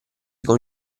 con